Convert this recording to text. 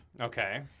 Okay